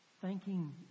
thanking